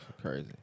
Crazy